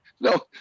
No